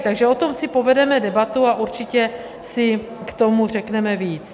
Takže o tom si povedeme debatu a určitě si k tomu řekneme víc.